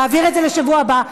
להעביר את זה לשבוע הבא,